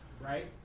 right